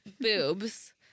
boobs